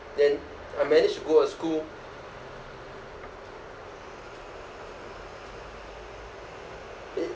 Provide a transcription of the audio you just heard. then I manage to go a school i~